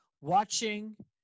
watching